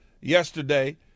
yesterday